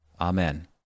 Amen